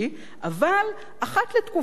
אבל אחת לתקופה מסוימת,